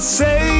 say